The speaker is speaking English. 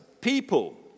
people